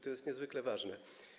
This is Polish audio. To jest niezwykle ważne.